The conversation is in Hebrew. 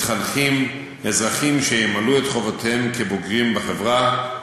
מתחנכים אזרחים שימלאו את חובותיהם כבוגרים בחברה,